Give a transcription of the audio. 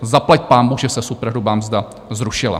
Zaplaťpánbůh, že se superhrubá mzda zrušila.